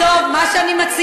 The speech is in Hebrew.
למה?